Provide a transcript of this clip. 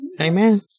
Amen